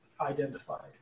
identified